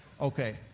okay